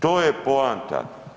To je poanta